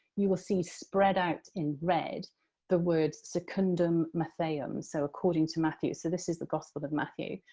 you will see spread out in red the words secundum mattheum, so according to matthew. so, this is the gospel of matthew.